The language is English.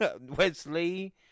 Wesley